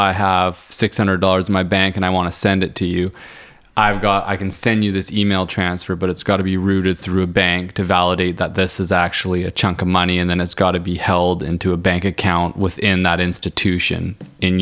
i have six hundred dollars my bank and i want to send it to you i've got i can send you this e mail transfer but it's got to be routed through bank to validate that this is actually a chunk of money and then it's got to be held into a bank account within that institution in